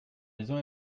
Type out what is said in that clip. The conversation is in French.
maison